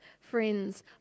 Friends